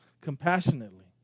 compassionately